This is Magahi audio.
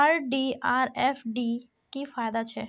आर.डी आर एफ.डी की फ़ायदा छे?